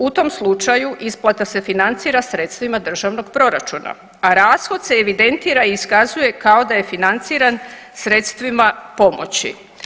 U tom slučaju, isplata se financira sredstvima državnog proračuna a rashod se evidentira i iskazuje kao da je financiran sredstvima pomoći.